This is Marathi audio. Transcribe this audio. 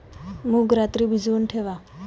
मूग रात्री भिजवून ठेवा